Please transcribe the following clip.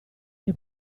che